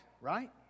right